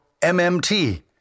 MMT